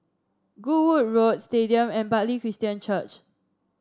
Goodwood Road Stadium and Bartley Christian Church